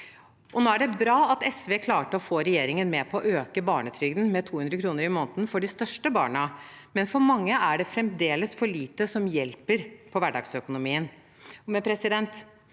Nå er det bra at SV klarte å få regjeringen med på å øke barnetrygden med 200 kr i måneden for de største barna, men for mange er det fremdeles for lite som hjelper på hverdagsøkonomien.